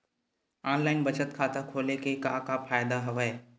online बचत खाता खोले के का का फ़ायदा हवय